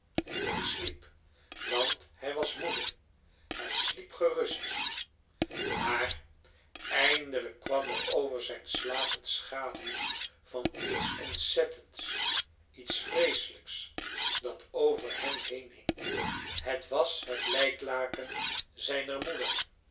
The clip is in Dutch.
hij sliep want hij was moede hij sliep gerust maar eindelijk kwam er over zijn slaap een schaduw van iets ontzettends iets vreeselijks dat over hem heenging het was het lijklaken zijner moeder